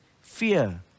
fear